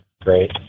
great